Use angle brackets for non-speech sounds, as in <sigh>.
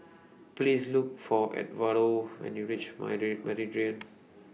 Please Look For Edwardo when YOU REACH <unintelligible> Meridian <noise>